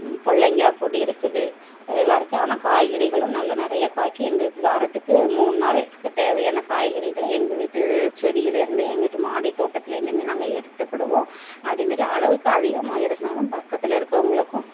புடலங்காய் கொடி இருக்குது எல்லாம் இருக்குது ஆனால் காய்கறிகளும் நல்ல நிறைய காய்க்கும் எங்களுக்கு வாரத்துக்கு மூணு நாளுக்கு தேவையான காய்கறிகளை எங்கள் வீட்டு செடியில் இருந்தே எங்கள் வீட்டு மாடித்தோட்டத்தில் இருந்துமே நாங்கள் எடுத்துக்கிடுவோம் அதேமாரி அளவுக்கு அதிகமாக இருந்தாலும் பக்கத்தில் இருக்கவங்களுக்கும்